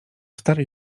starej